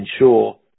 ensure